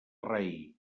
rei